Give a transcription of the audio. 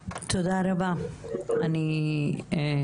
ובאמת אני,